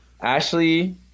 Ashley